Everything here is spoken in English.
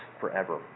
forever